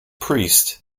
priest